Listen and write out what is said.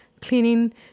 cleaning